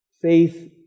Faith